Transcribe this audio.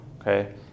okay